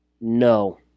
No